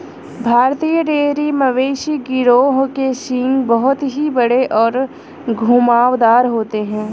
भारतीय डेयरी मवेशी गिरोह के सींग बहुत ही बड़े और घुमावदार होते हैं